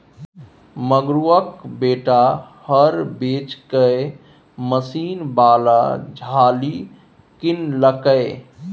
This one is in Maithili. मंगरुआक बेटा हर बेचिकए मशीन बला झालि किनलकै